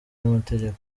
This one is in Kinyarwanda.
n’amategeko